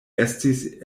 estis